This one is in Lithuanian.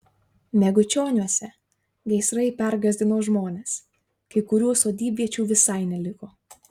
megučioniuose gaisrai pergąsdino žmones kai kurių sodybviečių visai neliko